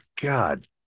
God